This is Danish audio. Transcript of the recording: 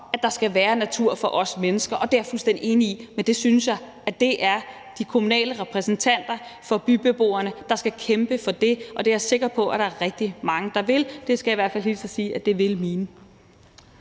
at der skal være natur for os mennesker. Og det er jeg fuldstændig enig i, men det synes jeg det er de kommunale repræsentanter for beboerne der skal kæmpe for, og det er jeg sikker på at der er rigtig mange der vil. Det skal jeg i hvert fald hilse og sige at mine